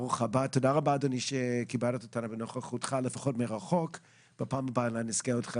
תודה רבה על הדברים החשובים ועל הסבלנות בקשר